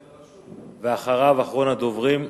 אחריו, אחרון הדוברים להיום,